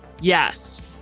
yes